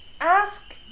ask